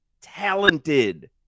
talented